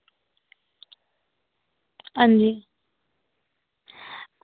अंजी